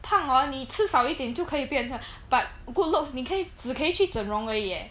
胖 hor 你吃少一点就可以变成 but good looks 你可以只可以去整容而已 eh